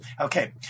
Okay